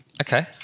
Okay